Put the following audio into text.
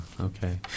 Okay